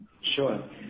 Sure